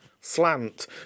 slant